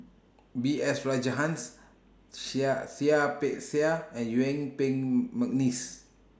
B S Rajhans Seah Seah Peck Seah and Yuen Peng Mcneice